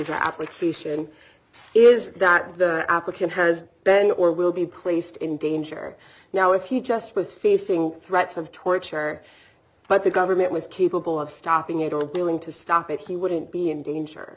for application is that the applicant has then or will be placed in danger now if he just was facing threats of torture but the government was capable of stopping it or billing to stop it he wouldn't be in